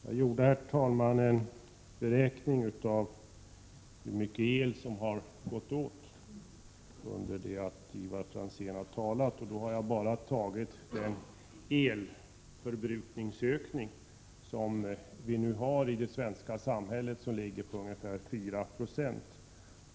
Jag gjorde, herr talman, en beräkning av hur mycket el som har gått åt under den tid som Ivar Franzén har talat, och då har jag bara tagit med den elförbrukningsökning som vi nu har i det svenska samhället och som ligger på ungefär 4 20.